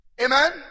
Amen